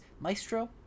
Maestro